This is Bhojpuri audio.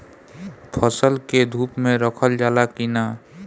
फसल के धुप मे रखल जाला कि न?